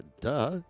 duh